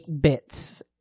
bits